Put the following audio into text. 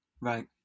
Right